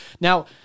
Now